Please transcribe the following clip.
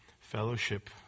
fellowship